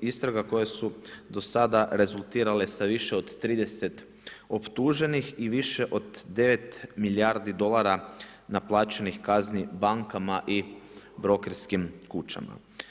istraga koje su do sada rezultirale sa više od 30 optuženih i više od 9 milijardi dolara naplaćenih kazni bankama i brokerskim kućama.